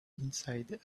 inside